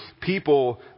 people